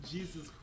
Jesus